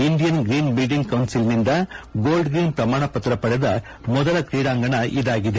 Indian green building ಕೌನ್ಲಿಲ್ನಿಂದ gold green ಪ್ರಮಾಣಪತ್ರ ಪಡೆದ ಮೊದಲ ಕ್ರೀಡಾಂಗಣ ಇದಾಗಿದೆ